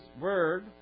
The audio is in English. Word